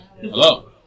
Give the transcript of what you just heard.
Hello